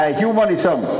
humanism